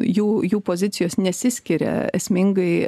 jų jų pozicijos nesiskiria esmingai